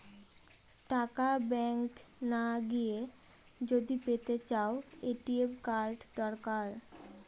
টাকা ব্যাঙ্ক না গিয়ে যদি পেতে চাও, এ.টি.এম কার্ড দরকার